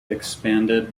expanded